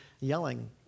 yelling